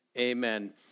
amen